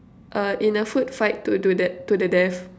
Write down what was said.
uh in a food fight to to that to the death